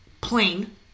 Plain